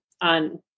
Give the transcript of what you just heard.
on